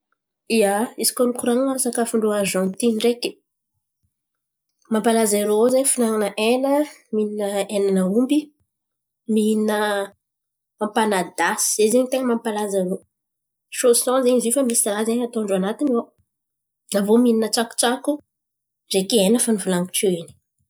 Ia, izy koa mikoran̈a sakafo ndrô Arizantiny ndreky mampalaza irô zen̈y fihinan̈ana hen̈a. Mihin̈a ny aomby, mihin̈a apanadasy zen̈y ten̈a mampalaza irô soson zen̈y zin̈y fa misy raha zen̈y atô ndrô an̈atiny ô. Avô mihin̈an̈a tsakotsako, ndreky hen̈a fa nivolan̈iko teo in̈y.